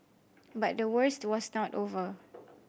but the worst was not over